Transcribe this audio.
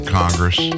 congress